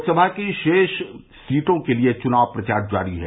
लोकसभा की शेष सीटों के लिए चुनाव प्रचार जारी है